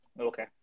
Okay